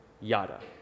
Yada